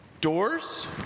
doors